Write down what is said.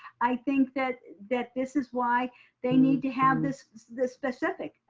i think that that this is why they need to have this this specific.